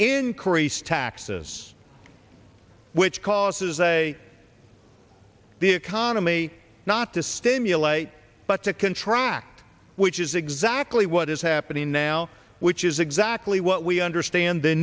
increase taxes which causes a the economy not to stimulate but to contract which is exactly what is happening now which is exactly what we understand the